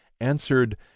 answered